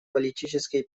политические